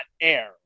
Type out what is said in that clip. air